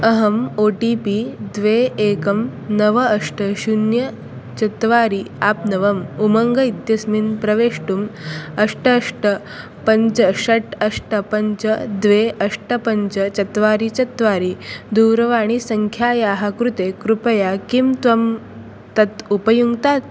अहम् OTP द्वे एकं नव अष्ट शून्यं चत्वारि आप्नवम् उमङ्गम् इत्यस्मिन् प्रवेष्टुम् अष्ट अष्ट पञ्च षट् अष्ट पञ्च द्वे अष्ट पञ्च चत्वारि चत्वारि दूरवाणीसङ्ख्यायाः कृते कृपया किं त्वं तत् उपयुङ्क्तात्